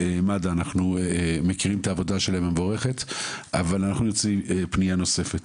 אנחנו מכירים את העבודה מבורכת של מד"א אבל אנחנו נוציא פנייה נוספת